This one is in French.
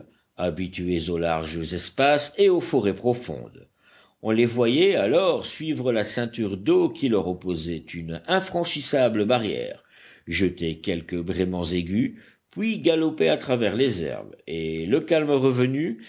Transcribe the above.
habitués aux larges espaces et aux forêts profondes on les voyait alors suivre la ceinture d'eau qui leur opposait une infranchissable barrière jeter quelques braiments aigus puis galoper à travers les herbes et le calme revenu